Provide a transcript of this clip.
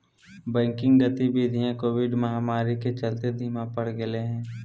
banking गतिवीधियां covid महामारी के चलते धीमा पड़ गेले हें